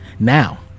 Now